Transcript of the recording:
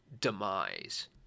demise